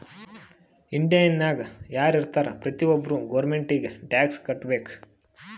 ಇಂಡಿಯಾನಾಗ್ ಯಾರ್ ಇರ್ತಾರ ಪ್ರತಿ ಒಬ್ಬರು ಗೌರ್ಮೆಂಟಿಗಿ ಟ್ಯಾಕ್ಸ್ ಕಟ್ಬೇಕ್